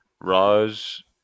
Raj